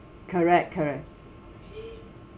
correct correct